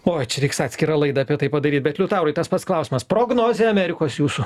o čia reiks atskirą laidą apie tai padaryt bet liutaurui tas pats klausimas prognozė amerikos jūsų